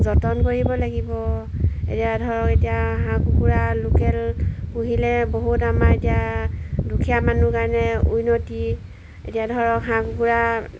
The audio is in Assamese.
যতন কৰিব লাগিব এতিয়া ধৰক এতিয়া হাঁহ কুকুৰা লোকেল পুহিলে বহুত আমাৰ এতিয়া দুখীয়া মানুহ কাৰণে উন্নতি এতিয়া ধৰক হাঁহ কুকুৰা